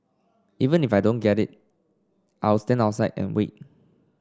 even if I don't get in I'll stand outside and wait